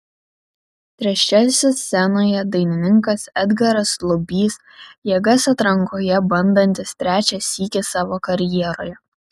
trečiasis scenoje dainininkas edgaras lubys jėgas atrankoje bandantis trečią sykį savo karjeroje